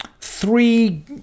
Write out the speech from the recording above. three